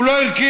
הוא לא ערכי,